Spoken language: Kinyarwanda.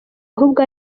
ahubwo